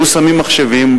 שהיו שמים מחשבים,